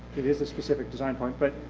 it is a specific design point, but